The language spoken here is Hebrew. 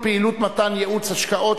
פעילות מתן ייעוץ השקעות),